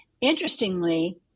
interestingly